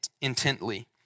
intently